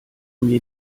mir